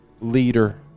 leader